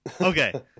Okay